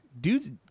dudes